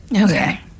Okay